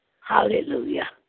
Hallelujah